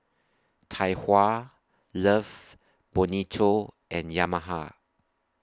Tai Hua Love Bonito and Yamaha